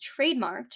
trademarked